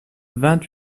vingt